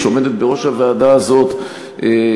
שעומדת בראש הוועדה הזאת,